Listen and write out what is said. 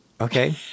Okay